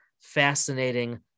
fascinating